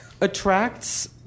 attracts